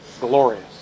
glorious